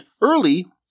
early